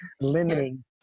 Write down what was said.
limiting